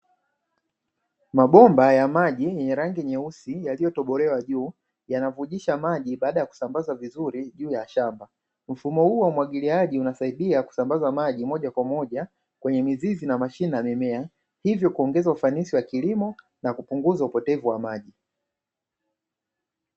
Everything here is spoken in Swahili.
Mabomba ya maji yenye rangi nyeusi yaliyotobolewa juu, yanavujisha maji baada ya kusambazwa vizuri juu ya shamba. Mfumo huu wa umwagiliaji unasaidia kusambaza maji moja kwa moja kwenye mizizi na mashina ya mimea, hivyo kuongeza ufanisi wa kilimo na kupunguza upotevu wa maji.